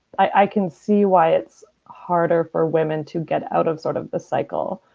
i can see why it's harder for women to get out of sort of the cycle,